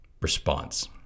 response